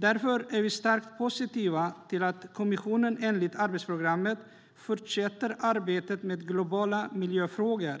Därför är vi starkt positiva till att kommissionen enligt arbetsprogrammet fortsätter arbetet med globala miljöfrågor.